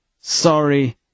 sorry